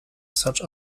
such